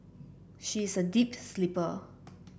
she is a deep sleeper